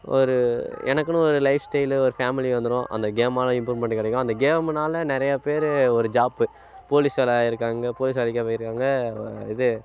ஒரு எனக்குனு ஒரு லைஃப் ஸ்டைலு ஒரு ஃபேமிலி வந்துடும் அந்த கேமால் இம்ப்ரூவ்மெண்ட் கிடைக்கும் அந்த கேமினால நிறையா பேர் ஒரு ஜாப்பு போலீஸ் வேலை ஆகியிருக்காங்க போலீஸ் வேலைக்கும் போய்ருக்காங்க இது